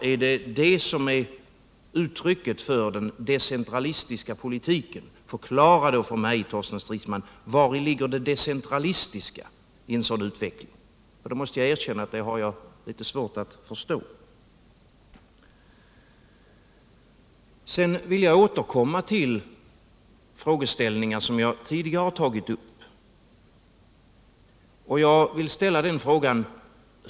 Är det det som är uttrycket för den decentralistiska politiken? Förklara i så fall för mig, Torsten Stridsman, vari det decentralistiska i en sådan utveckling ligger, för det måste jag erkänna att jag har litet svårt att förstå. Sedan vill jag återkomma till frågeställningar som jag tidigare har tagit upp.